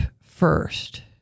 first